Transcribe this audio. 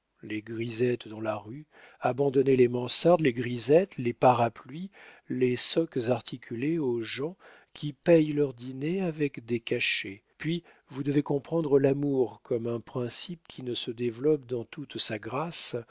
les grisettes dans la rue abandonner les mansardes les grisettes les parapluies les socques articulés aux gens qui payent leur dîner avec des cachets puis vous devez comprendre l'amour comme un principe qui ne se développe dans toute sa grâce